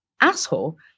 asshole